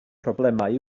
problemau